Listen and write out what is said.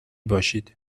باشید